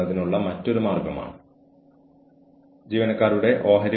അതുകൊണ്ടാണ് എനിക്ക് ജോലി ലഭിക്കാത്തത് എന്ന് പറയും